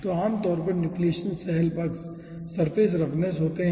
तो आम तौर पर न्यूक्लिएशन सेल पक्ष सरफेस रफनेस होते हैं